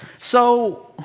so